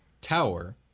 tower